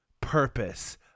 purpose